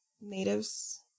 natives